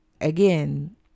again